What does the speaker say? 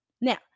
Now